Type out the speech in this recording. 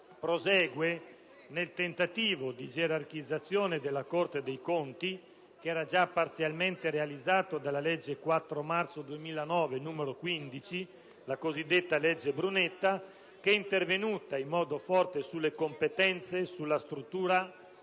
prosegue nel tentativo di gerarchizzazione della Corte dei conti, già parzialmente realizzato dalla legge 4 marzo 2009, n. 15, la cosiddetta legge Brunetta, intervenuta in modo forte sulle competenze, sulla struttura e sulla